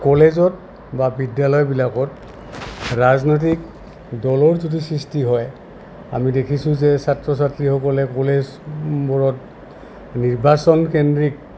কলেজত বা বিদ্যালয়বিলাকত ৰাজনৈতিক দলৰ যদি সৃষ্টি হয় আমি দেখিছোঁ যে ছাত্ৰ ছাত্ৰীসকলে কলেজবোৰত নিৰ্বাচন কেন্দ্ৰিক